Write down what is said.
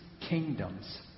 kingdoms